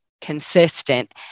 consistent